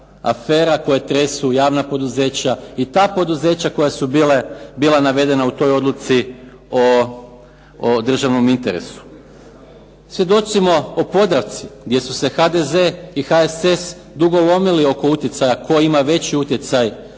afera koje tresu javna poduzeća i ta poduzeća koja su bila navedena u toj odluci o državnom interesu. Svjedoci smo o „Podravci“ gdje su se HSS i HDZ dugo lomili oko utjecaja tko ima veći utjecaj